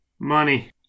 Money